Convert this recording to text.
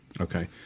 Okay